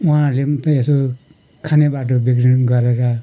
उहाँहरूले पनि त यसो खाने बाटो बिक्री गरेर